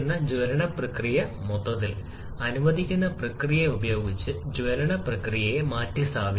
ഇതുപോലെ കേസ് സിപിയും സിവിയും ഈ താപനില പരിധിയുമായി ഒരു രേഖീയ ബന്ധം പിന്തുടരുന്നു